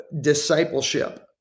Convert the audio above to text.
discipleship